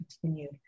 continued